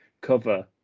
cover